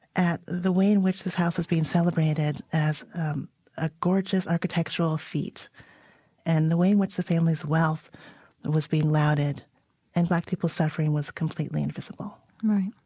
at the way in which this house was being celebrated as a gorgeous architectural feat and the way in which the family's wealth and was being lauded and black people's suffering was completely invisible right.